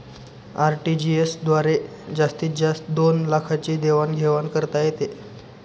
RTGS द्वारे जास्तीत जास्त दोन लाखांची देवाण घेवाण करता येते